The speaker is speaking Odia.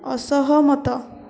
ଅସହମତ